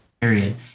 Period